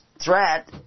threat